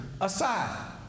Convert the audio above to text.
aside